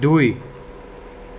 দুই